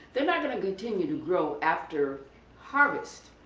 they're not going to continue to grow after harvest.